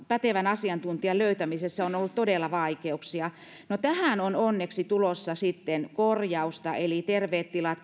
pätevän asiantuntijan löytämisessä on ollut todella vaikeuksia tähän on onneksi tulossa sitten korjausta eli terveet tilat